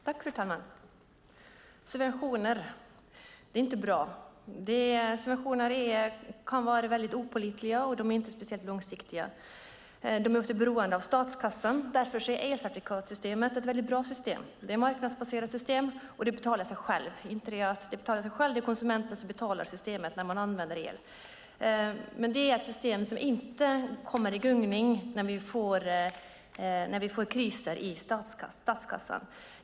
Fru talman! Subventioner är inte bra. Subventioner kan vara väldigt opålitliga, och de är inte speciellt långsiktiga. De är också beroende av statskassan. Därför är elcertifikatssystemet ett väldigt bra system. Det är ett marknadsbaserat system, och det betalar sig självt. Det är inte bara systemet som betalar sig självt, utan det är också man själv som konsument som betalar systemet när man använder el. Men det är ett system som inte kommer i gungning när vi får kriser i statskassan.